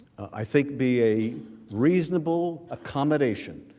i think be a reasonable accommodation